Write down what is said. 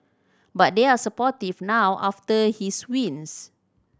but they are supportive now after his wins